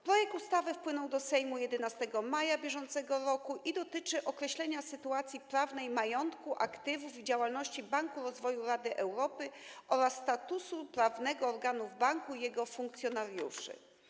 Projekt ustawy wpłynął do Sejmu 11 maja br. i dotyczy określenia sytuacji prawnej majątku, aktywów i działalności Banku Rozwoju Rady Europy oraz statusu prawnego organów Banku i jego funkcjonariuszy.